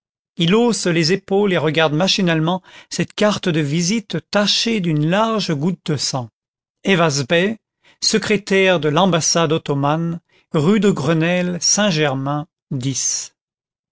generated les et regarde machinalement cette carte de visite tachée d'une large goutte de sang atvaz bet secrétaire de l'ambassade ottomano rue de grenelle saint-germain